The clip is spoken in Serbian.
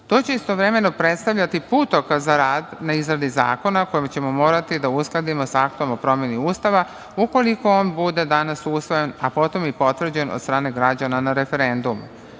To će istovremeno predstavljati putokaz za rad na izradi zakona kojim ćemo morati da uskladimo s aktom o promeni Ustava ukoliko on bude danas usvojen, a potom i potvrđen od strane građana na referendumu. Ovo